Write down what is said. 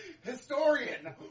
Historian